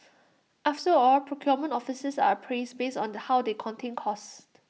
after all procurement officers are appraised based on how they contain costs